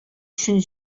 көчен